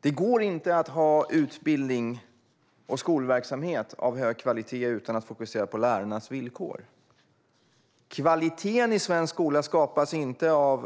Det går inte att ha utbildning och skolverksamhet av hög kvalitet utan att fokusera på lärarnas villkor. Kvaliteten i svensk skola skapas inte av